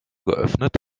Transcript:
geöffnet